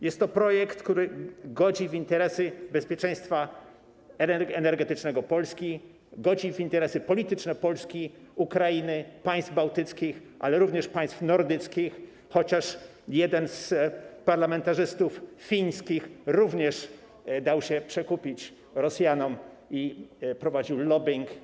Jest to projekt, który godzi w interesy bezpieczeństwa energetycznego Polski, godzi w interesy polityczne Polski, Ukrainy, państw bałtyckich, ale również państw nordyckich, chociaż jeden z parlamentarzystów fińskich również dał się przekupić Rosjanom i prowadził lobbing.